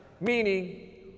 Meaning